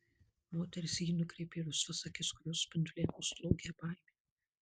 moteris į jį nukreipė rusvas akis kurios spinduliavo slogią baimę